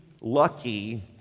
lucky